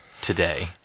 today